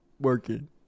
working